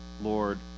Lord